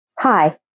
Hi